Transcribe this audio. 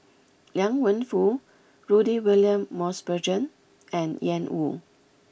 Liang Wenfu Rudy William Mosbergen and Ian Woo